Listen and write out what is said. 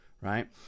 right